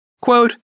quote